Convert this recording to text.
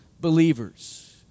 believers